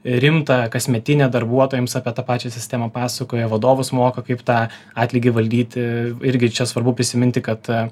rimtą kasmetinę darbuotojams apie tą pačią sistemą pasakoja vadovus moko kaip tą atlygį valdyti irgi čia svarbu prisiminti kad